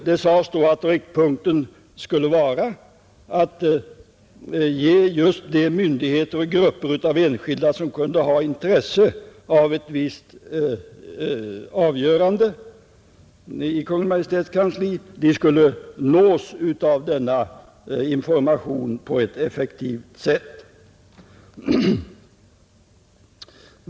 Det sades då att riktpunkten skulle vara att ge just de myndigheter och grupper av enskilda som kunde ha intresse av ett visst avgörande i Kungl. Maj:ts kansli möjlighet att på ett effektivt sätt nås av denna information.